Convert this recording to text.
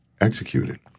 executed